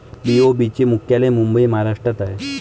BOB चे मुख्यालय मुंबई महाराष्ट्रात आहे